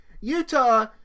Utah